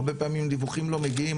הרבה פעמים דיווחים לא מגיעים,